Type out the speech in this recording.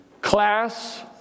class